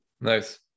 nice